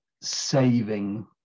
saving